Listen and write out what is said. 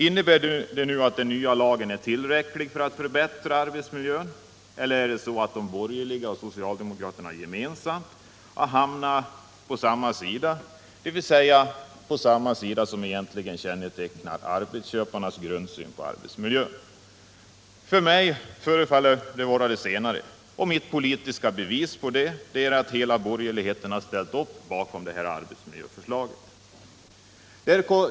Innebär det nu att den nya lagen är tillräcklig för att förbättra arbetsmiljön eller har de borgerliga och socialdemokraterna gemensamt hamnat på samma sida — dvs. på den sida som egentligen kännetecknas av arbetsköparnas grundsyn på arbetsmiljön? Det förefaller mig som om det senare är fallet. Mitt politiska bevis på det är att hela borgerligheten har ställt upp bakom det här arbetsmiljöförslaget.